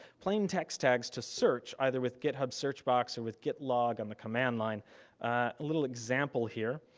plain text tags to search, either with github search box or with git log on the command line. a little example here.